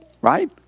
right